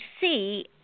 see